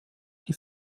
die